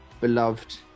beloved